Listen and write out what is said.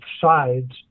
sides